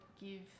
give